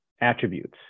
attributes